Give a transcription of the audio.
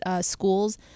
schools